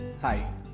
Hi